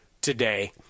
today